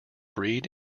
breed